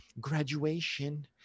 graduation